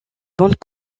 bonnes